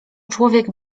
człowiek